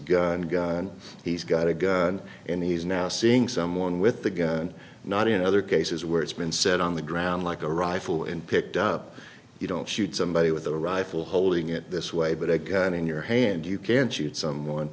gun he's got a gun and he's now seeing someone with the gun not in other cases where it's been said on the ground like a rifle and picked up you don't shoot somebody with a rifle holding it this way but a gun in your hand you can shoot someone